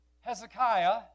Hezekiah